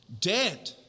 dead